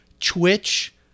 Twitch